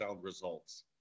results